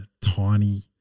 tiny